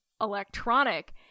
electronic